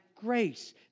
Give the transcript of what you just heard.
grace